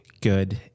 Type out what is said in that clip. good